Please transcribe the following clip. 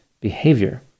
behavior